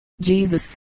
Jesus